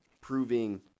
proving